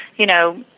you know,